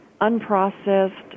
unprocessed